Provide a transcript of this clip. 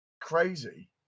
Crazy